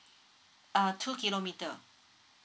uh two kilometre